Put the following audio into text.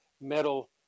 metal